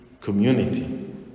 community